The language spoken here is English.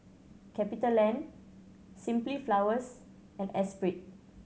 CapitaLand Simply Flowers and Espirit